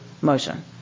motion